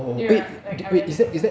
do you r~ like I went